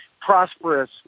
prosperous